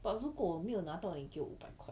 but 如果我没有拿到你给我五百块